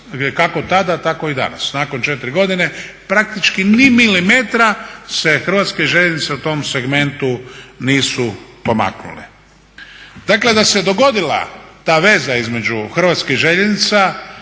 kako tada tako i danas. Nakon 4 godine praktički ni milimetra se Hrvatske željeznice u tom segmentu nisu pomaknule. Dakle, da se dogodila ta veza između Hrvatskih željeznica